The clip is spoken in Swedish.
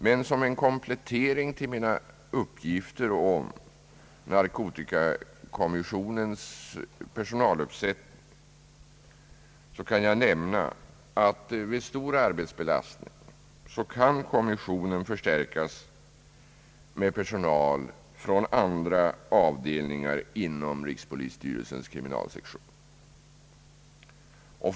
Men som en komplettering till mina uppgifter om narkotikakommissionens personaluppsättning kan jag nämna att kommissionen vid stor arbetsbelastning kan förstärkas med personal från andra avdelningar inom rikspolisstyrelsens kriminalsektion.